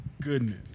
goodness